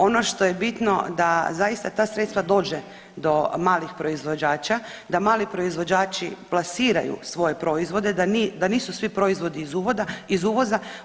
Ono što je bitno da zaista ta sredstva dođe do malih proizvođača, da mali proizvođači plasiraju svoje proizvode, da nisu svi proizvodi iz uvoza.